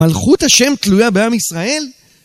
מלכות השם תלויה בעם ישראל?